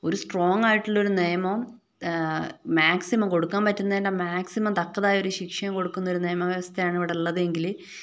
ഒരു സ്ട്രോങ്ങ് ആയിട്ടുള്ള ഒരു നിയമം മാക്സിമം കൊടുക്കാൻ പറ്റുന്നതിൻ്റെ മാക്സിമം തക്കതായ ഒരു ശിക്ഷയും കൊടുക്കുന്ന ഒരു നിയമവ്യവസ്ഥയാണ് ഇവിടെ ഉള്ളത് എന്നുണ്ടെങ്കില്